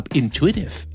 intuitive